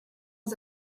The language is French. aux